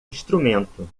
instrumento